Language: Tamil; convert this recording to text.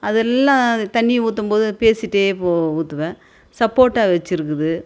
அதெல்லாம் தண்ணி ஊற்றும்போது அது பேசிட்டே ஊற்றுவேன் சப்போட்டா வைச்சிருக்குது